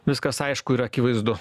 viskas aišku ir akivaizdu